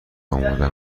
آمدم